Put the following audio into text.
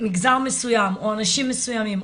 מגזר מסוים או אנשים מסוימים,